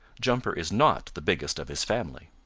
jumper is not the biggest of his family.